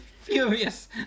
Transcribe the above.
furious